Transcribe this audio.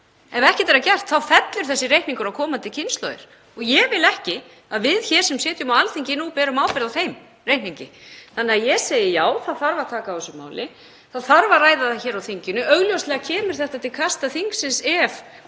ef ekkert er að gert þá fellur þessi reikningur á komandi kynslóðir og ég vil ekki að við hér sem sitjum á Alþingi nú berum ábyrgð á þeim reikningi. Þannig að ég segi já, það þarf að taka á þessu máli. Það þarf að ræða það hér á þinginu. Augljóslega kemur þetta til kasta þingsins ef